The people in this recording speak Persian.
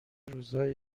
روزایی